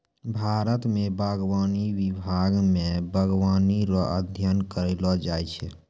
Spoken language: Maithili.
भारत मे बागवानी विभाग मे बागवानी रो अध्ययन करैलो जाय छै